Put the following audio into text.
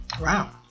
Wow